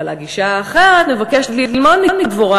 אבל הגישה האחרת מבקשת ללמוד מדבורה